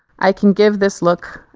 i can give this look,